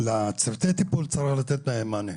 לצוותי טיפול צריך לתת מענה.